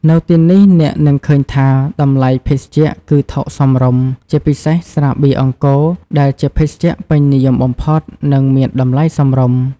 នៅទីនេះ អ្នកនឹងឃើញថា តម្លៃភេសជ្ជៈគឺថោកសមរម្យ ជាពិសេស ស្រាបៀរអង្គរ ដែលជាភេសជ្ជៈពេញនិយមបំផុត និងមានតម្លៃសមរម្យ។